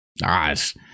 Nice